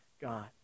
God